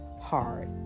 hard